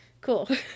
cool